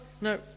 no